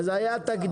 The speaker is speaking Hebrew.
אז היה תקדים.